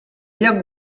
lloc